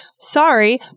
sorry